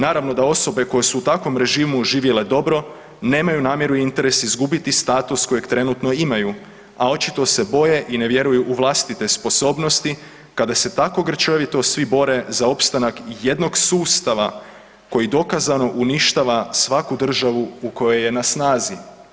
Naravno da osobe koje su u takvom režimu živjele dobro nemaju namjeru i interes izgubiti status kojeg trenutno imaju, a očito se boje i ne vjeruju u vlastite sposobnosti kada se tako grčevito svi bore za opstanak jednog sustava koji dokazano uništava svaku državu u kojoj je na snazi.